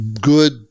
good